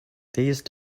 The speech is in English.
these